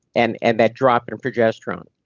and and that drop in progesterone.